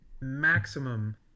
maximum